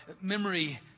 memory